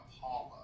Paula